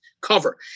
cover